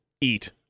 Eat